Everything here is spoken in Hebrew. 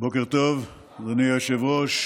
בוקר טוב, אדוני היושב-ראש.